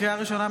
לקריאה ראשונה,